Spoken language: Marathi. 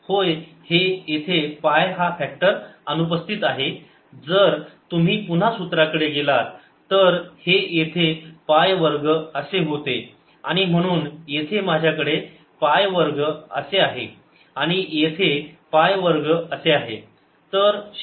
होय येथे पाय हा फॅक्टर अनुपस्थित आहे जर तुम्ही पुन्हा सुत्राकडे गेलात तर हे येथे पाय वर्ग असे होते आणि म्हणून येथे माझ्याकडे पाय वर्ग असे आहे आणि येथे पाय वर्ग असे आहे